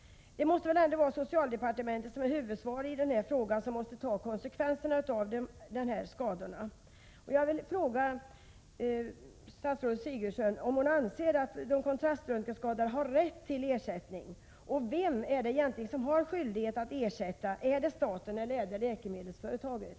Det måste ändå vara socialdepartementet som är huvudansvarigt i denna fråga och måste ta konsekvenserna. Jag vill fråga statsrådet Sigurdsen: Anser statsrådet Sigurdsen att de kontraströntgenskadade har rätt till ersättning? Vem har skyldighet att ersätta — staten eller läkemedelsföretaget?